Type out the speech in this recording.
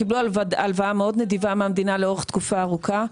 הם קיבלו הלוואה מאוד נדיבה מהמדינה לאורך תקופה ארוכה.